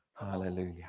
Hallelujah